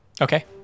okay